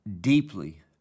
deeply